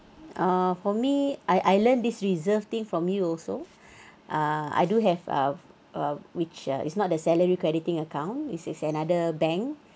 uh for me I I learnt this reserve thing from you also uh I do have have uh which uh is not the salary crediting account this is another bank